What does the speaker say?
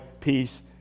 peace